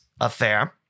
Affair